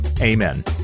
Amen